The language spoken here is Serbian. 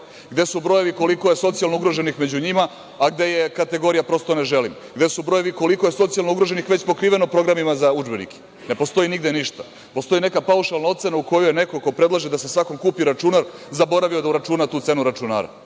Gde su brojevi koliko je socijalno ugroženih među njima, a gde je kategorija „prosto, ne želim“? Gde su brojevi koliko je socijalno ugroženih već pokriveno programima za udžbenike? Ne postoji nigde ništa. Postoji neka paušalna ocena u kojoj je neko ko predlaže da se svakom kupi računar zaboravio da uračuna tu cenu računara.